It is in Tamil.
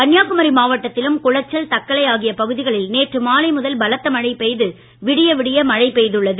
கன்னியாகுமரி மாவட்டத்திலும் குளச்சல் தக்கலை ஆகிய பகுதிகளில் நேற்று மாலை முதல் பலத்த மழை பெய்து விடிய விடிய மழை பெய்துள்ளது